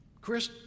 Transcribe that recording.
Chris